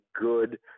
good